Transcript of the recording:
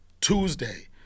Tuesday